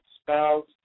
spouse